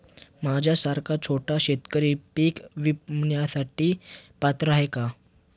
माझ्यासारखा छोटा शेतकरी पीक विम्यासाठी पात्र आहे का?